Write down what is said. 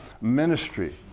ministry